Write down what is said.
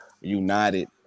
united